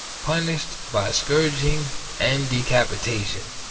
punished by scourging and decapitation.